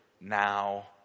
now